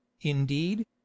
indeed